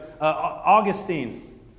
Augustine